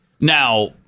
Now